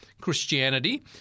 Christianity